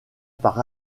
par